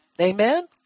Amen